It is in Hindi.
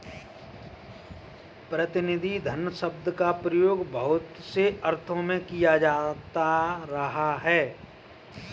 प्रतिनिधि धन शब्द का प्रयोग बहुत से अर्थों में किया जाता रहा है